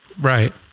Right